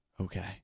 Okay